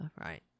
Right